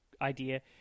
idea